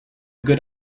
good